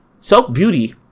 self-beauty